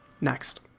Next